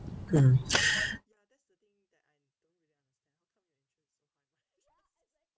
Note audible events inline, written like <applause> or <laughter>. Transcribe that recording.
mm <breath>